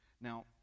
Now